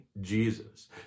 Jesus